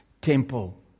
temple